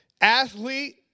athlete